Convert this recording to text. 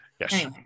yes